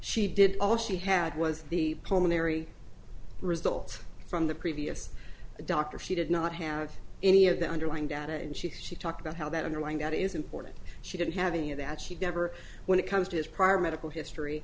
she did all she had was the pulmonary result from the previous doctor she did not have any of the underlying data and she talked about how that underlying that is important she didn't have any of that she never went comes to his prior medical history